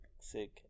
sick